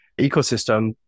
ecosystem